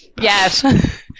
yes